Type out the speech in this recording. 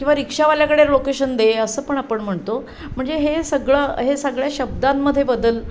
किंवा रिक्षावाल्याकडे लोकेशन दे असं पण आपण म्हणतो म्हणजे हे सगळं हे सगळ्या शब्दांमध्ये बदल